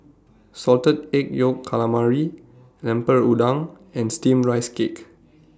Salted Egg Yolk Calamari Lemper Udang and Steamed Rice Cake